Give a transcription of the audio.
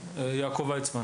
אריאל.